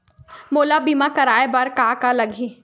मोला बीमा कराये बर का का लगही?